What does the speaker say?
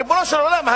ריבונו של עולם.